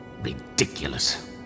Ridiculous